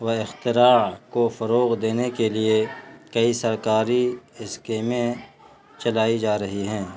و اختراع کو فروغ دینے کے لیے کئی سرکاری اسکیمیں چلائی جا رہی ہیں